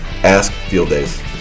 AskFieldDays